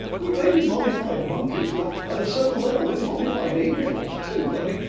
we may be modified monkeys, but at a certain level, we're modified angels, too. i mean,